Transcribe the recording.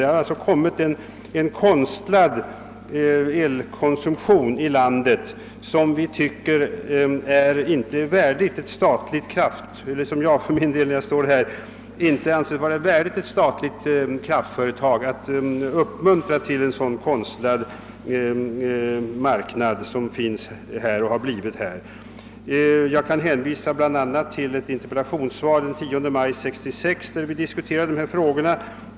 Det har alltså blivit en konstlad elkonsumtion i landet, och jag för min del anser det inte vara värdigt ett statligt kraftföretag att uppmuntra till en sådan konstlad marknad. Vad jag nu säger är inte dikterat av någon efterklokhet. Jag kan hänvisa bl.a. till ett interpellationssvar den 10 maj 1966 när dessa frågor diskuterades.